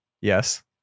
yes